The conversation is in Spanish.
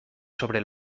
sobre